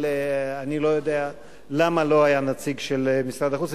אבל אני לא יודע למה לא היה נציג של משרד החוץ.